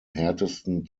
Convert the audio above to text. härtesten